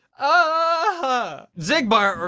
ah huh. xigbar,